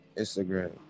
instagram